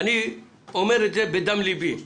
אני אומר את זה בדם ליבי.